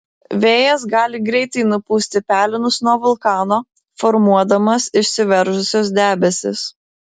vėjas gali greitai nupūsti pelenus nuo vulkano formuodamas išsiveržusius debesis